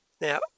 Now